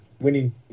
winning